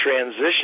transition